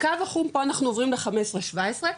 אנחנו עוברים ל-15-17,